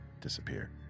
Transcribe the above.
disappear